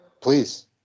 Please